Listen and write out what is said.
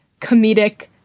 comedic